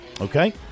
Okay